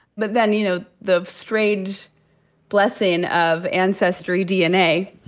but then, you know, the strange blessing of ancestry dna,